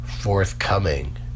forthcoming